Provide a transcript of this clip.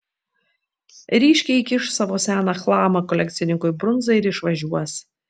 ryškiai įkiš savo seną chlamą kolekcininkui brunzai ir išvažiuos